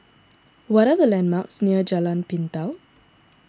what are the landmarks near Jalan Pintau